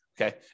okay